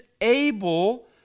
able